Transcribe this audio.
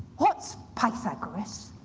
what's pythagoras?